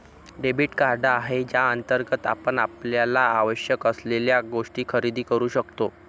debit card आहे ज्याअंतर्गत आपण आपल्याला आवश्यक असलेल्या गोष्टी खरेदी करू शकतो